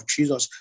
Jesus